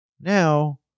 now